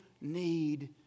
need